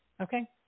Okay